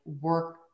work